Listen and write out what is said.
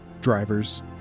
drivers